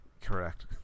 Correct